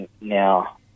now